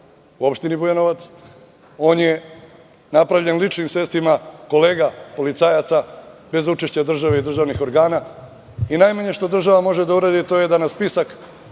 u opštini Bujanovac i napravljen je ličnim sredstvima kolega policajaca, bez učešća države i državnih organa i najmanje što država može da uradi to je da na spisak